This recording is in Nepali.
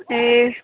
ए